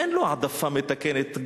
אין לו העדפה מתקנת.